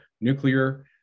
nuclear